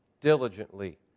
diligently